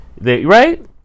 right